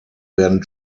werden